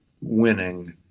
winning